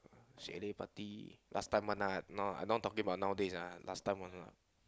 chalet party last time one ah no I'm not talking about nowadays ah last time one lah